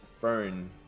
Fern